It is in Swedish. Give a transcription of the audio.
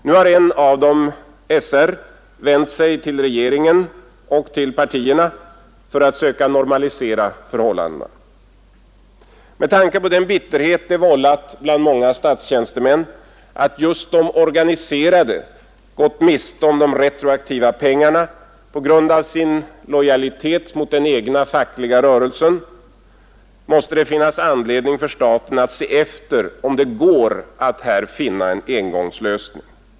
Nu har en av dem, SR, vänt sig till regeringen och till partierna för att söka normalisera förhållandena. Med tanke på den bitterhet det vållat bland många statstjänstemän att just de organiserade gått miste om de retroaktiva pengarna på grund av sin lojalitet mot den egna fackliga rörelsen måste det finnas anledning för staten att se efter om det går att finna en engångslösning.